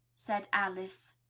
said alice.